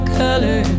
color